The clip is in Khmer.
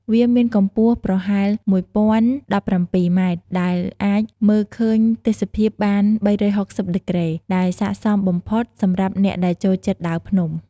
វាមានកំពស់ប្រហែល១០១៧ម៉ែត្រ ដែលអាចមើលឃើញទេសភាពបាន ៣៦០ដឺក្រេ ដែលសាកសមបំផុតសម្រាប់អ្នកដែលចូលចិត្តដើរភ្នំ។